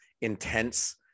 intense